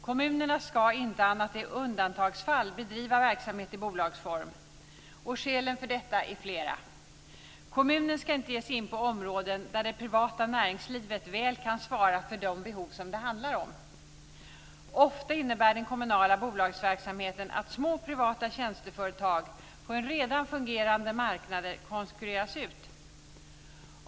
Kommunerna ska inte annat än i undantagsfall bedriva verksamhet i bolagsform, och skälen för detta är flera. Kommunen ska inte ge sig in på områden där det privata näringslivet väl kan svara för de behov som det handlar om. Ofta innebär den kommunala bolagsverksamheten att små privata tjänsteföretag på redan fungerande marknader konkurreras ut.